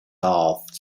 off